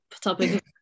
topic